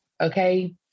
Okay